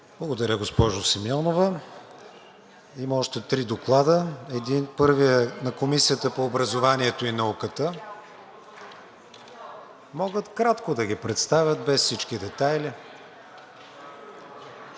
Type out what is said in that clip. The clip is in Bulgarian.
Благодаря, госпожо Симеонова. Има още три доклада. Първият е на Комисията по образованието и науката. (Шум и реплики.) Могат кратко да ги представят, без всички детайли.